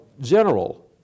general